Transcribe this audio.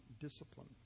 discipline